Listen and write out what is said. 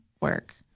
work